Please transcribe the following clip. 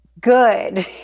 Good